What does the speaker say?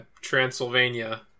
Transylvania